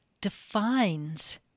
defines